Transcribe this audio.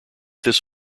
this